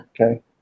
okay